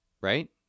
right